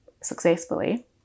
successfully